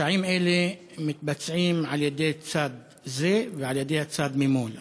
פשעים אלה מתבצעים על-ידי צד זה ועל-ידי הצד ממול,